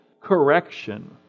correction